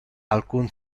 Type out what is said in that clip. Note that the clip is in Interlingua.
alcun